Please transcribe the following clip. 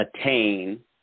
attain